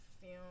film